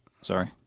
Sorry